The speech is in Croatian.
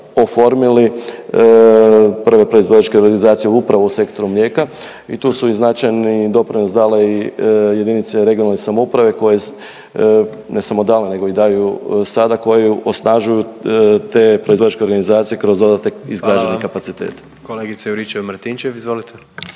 oformili, prve proizvođačke organizacije upravo u sektoru mlijeka i tu su i značajni doprinos dale i jedinice regionalne samouprave koje, ne samo dale nego i daju sada, koje osnažuju te proizvođačke organizacije kroz dodatne izgrađene kapacitete. **Jandroković, Gordan